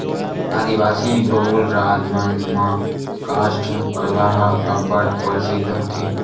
आदिवासी बहुल राज मन म कास्ठ कला ह अब्बड़ परसिद्ध होथे